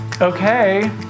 Okay